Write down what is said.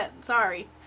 Sorry